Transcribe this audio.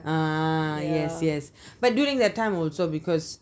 ah yes yes but during that time also because